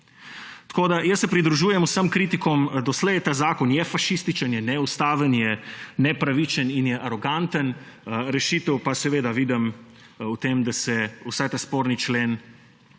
Tako se pridružujem vsem kritikom doslej. Ta zakon je fašističen, je neustaven, je nepravičen in je aroganten. Rešitev pa seveda vidim v tem, da se vsaj ta sporni člen